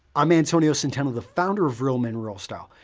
i'm antonio centeno, the founder of real men real style.